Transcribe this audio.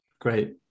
great